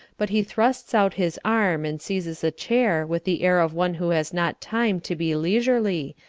but he thrusts out his arm and seizes a chair with the air of one who has not time to be leisurely,